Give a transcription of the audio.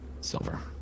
Silver